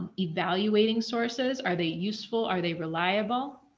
evaluating sources are they useful. are they reliable?